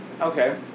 Okay